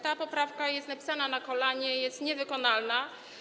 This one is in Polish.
Ta poprawka jest napisana na kolanie, jest niewykonalna.